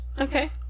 Okay